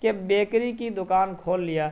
کہ بیکری کی دکان کھول لیا